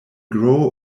grow